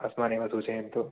अस्मानेव सूचयन्तु